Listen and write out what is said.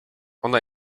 ona